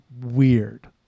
weird